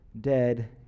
dead